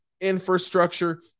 infrastructure